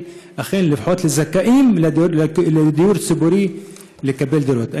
יתחילו לפחות הזכאים לדיור ציבורי לקבל דירות.